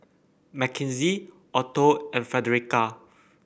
Makenzie Otho and Fredericka